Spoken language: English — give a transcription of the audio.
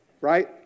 right